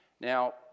Now